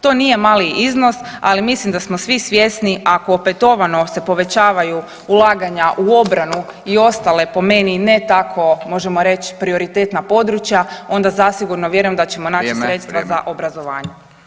To nije mali iznos, ali mislim da smo svi svjesni sako opetovano se povećavaju ulaganja u obranu i ostale po meni ne tako možemo reć prioritetna područja, onda zasigurno vjerujem da ćemo naći [[Upadica Radin: Vrijeme, vrijeme.]] sredstva za obrazovanje.